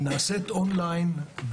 היא נעשית און-ליין,